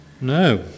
No